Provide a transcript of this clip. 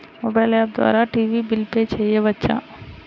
Mobile app ద్వారా TV bill pay చేయవచ్చా?